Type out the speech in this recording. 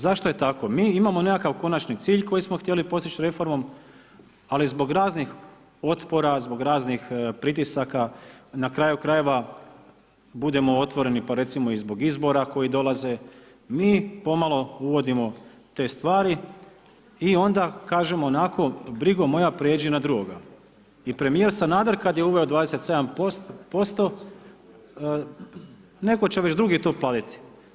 Zašto je tako? mi imamo neki konači cilj koji smo htjeli postići reformom, ali zbog raznih otpora, zbog raznih pritisaka na kraju krajeva budimo otvoreni pa recimo i zbog izbora koji dolaze mi pomalo uvodimo te stvari i onda kažemo onako „brigo moja pređi na drugoga“ i Premijer Sanader kada je uveo 27% netko će već drugi to platiti.